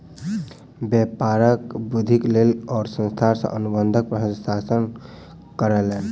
व्यापारक वृद्धिक लेल ओ संस्थान सॅ अनुबंध पर हस्ताक्षर कयलैन